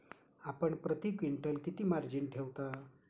आपण प्रती क्विंटल किती मार्जिन ठेवता?